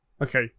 Okay